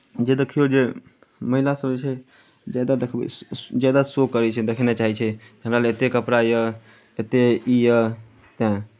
जे देखियौ जे महिलासभ जे छै जादा देखबै जादा शो करै छै देखेनाइ चाहै छै हमरा लग एतेक कपड़ा यए एतेक ई यए तैँ